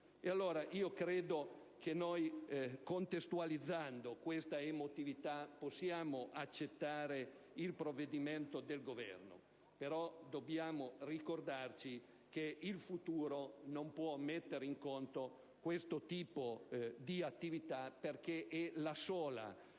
Credo dunque che, contestualizzando tale emotività, possiamo accettare il provvedimento del Governo, ma dobbiamo ricordarci che il futuro non può non mettere in conto questo tipo di attività, perché è la sola che